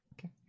Okay